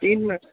تین منٹ